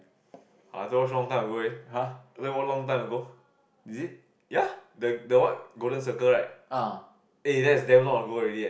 !huh! is it ah